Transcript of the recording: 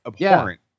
abhorrent